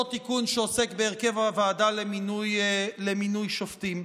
אותו תיקון שעוסק בהרכב הוועדה למינוי שופטים.